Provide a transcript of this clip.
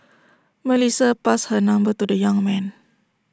Melissa passed her number to the young man